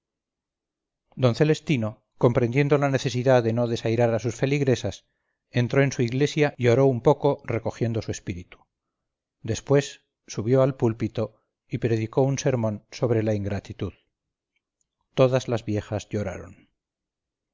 d celestino comprendiendo la necesidad de nodesairar a sus feligresas entró en su iglesia y oró un poco recogiendo su espíritu después subió al púlpito y predicó un sermón sobre la ingratitud todas las viejas lloraron